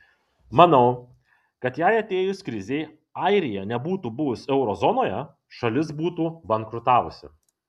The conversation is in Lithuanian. manau kad jei atėjus krizei airija nebūtų buvus euro zonoje šalis būtų bankrutavusi